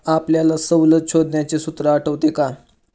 आपल्याला सवलत शोधण्याचे सूत्र आठवते का?